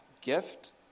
gift